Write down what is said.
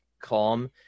calm